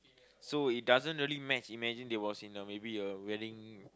so it doesn't really match imagine they was in a maybe a wedding